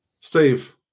Steve